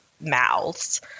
mouths